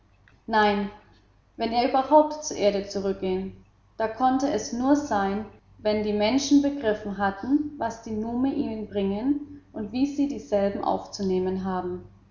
nein wenn er überhaupt zur erde zurückging da konnte es nur sein wenn die menschen begriffen hatten was die nume ihnen bringen und wie sie dieselben aufzunehmen haben